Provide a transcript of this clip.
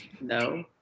No